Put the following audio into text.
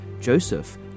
joseph